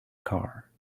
car